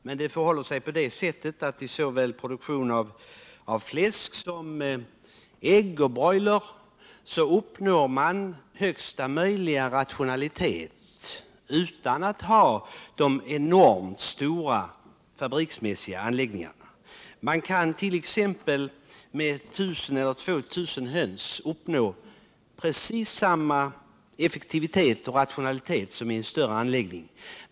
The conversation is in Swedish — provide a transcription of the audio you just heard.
Men det förhåller sig så att inom produktionen av såväl fläsk som ägg och broiler uppnår man högsta möjliga rationalitet utan att ha enormt stora fabriksmässiga anläggningar. Man kan med t.ex. 1 000 eller 2 000 höns uppnå precis samma effektivitet och rationalitet som i en större anläggning.